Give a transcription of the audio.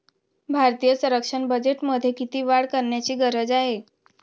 भारतीय संरक्षण बजेटमध्ये किती वाढ करण्याची गरज आहे?